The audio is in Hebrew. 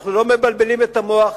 אנחנו לא מבלבלים את המוח,